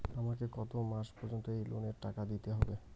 আমাকে কত মাস পর্যন্ত এই লোনের টাকা দিতে হবে?